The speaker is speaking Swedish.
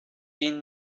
din